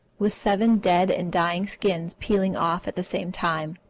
with seven dead and dying skins peeling off at the same time.